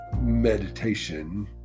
meditation